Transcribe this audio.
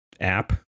app